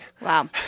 Wow